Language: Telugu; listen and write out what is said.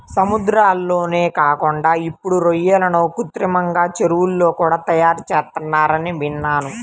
సముద్రాల్లోనే కాకుండా ఇప్పుడు రొయ్యలను కృత్రిమంగా చెరువుల్లో కూడా తయారుచేత్తన్నారని విన్నాను